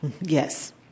Yes